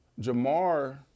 Jamar